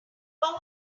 how